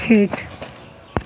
ठीक